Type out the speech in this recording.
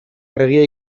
argia